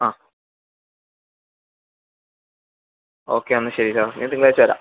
ആ ഓക്കെ എന്നാൽ ശരി സാറേ ഞാൻ തിങ്കളാഴ്ച വരാം